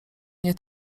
nie